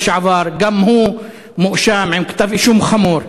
גם הוא מואשם עם כתב-אישום חמור.